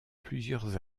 plusieurs